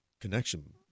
connection